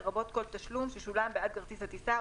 לרבות כל תשלום ששולם בעד כרטיס הטיסה,